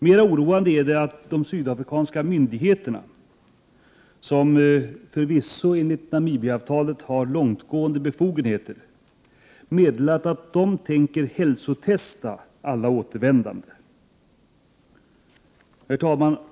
Det är dock oroande att de sydafrikanska myndigheterna, som förvisso har långtgående befogenheter enligt Namibia-avtalet, meddelat att de tänker hälsotesta alla återvändande. Herr talman!